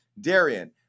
Darian